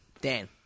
Dan